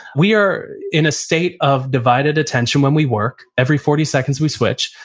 we are in a state of divided attention when we work, every forty seconds we switch,